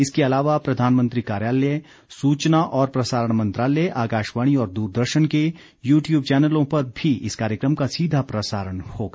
इसके अलावा प्रधानमंत्री कार्यालय सूचना और प्रसारण मंत्रालय आकाशवाणी और दूरदर्शन के यूट्यूब चैनलों पर भी इस कार्यक्रम का सीधा प्रसारण होगा